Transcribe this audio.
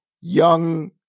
young